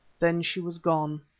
then she was gone.